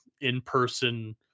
in-person